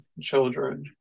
children